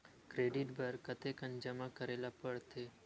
Credit बर कतेकन जमा करे ल पड़थे?